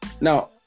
now